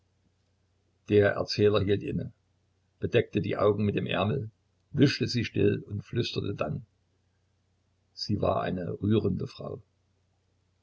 der erzähler hielt inne bedeckte die augen mit dem ärmel wischte sie still und flüsterte dann sie war eine rührende frau